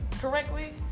correctly